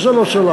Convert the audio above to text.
וזה לא צלח.